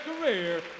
career